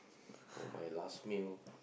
for my last meal